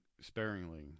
sparingly